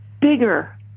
bigger